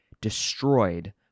destroyed